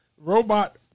robot